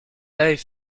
avaient